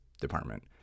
department